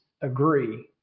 agree